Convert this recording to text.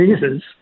diseases